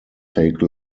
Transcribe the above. take